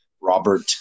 Robert